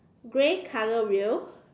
grey color wheel